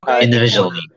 individually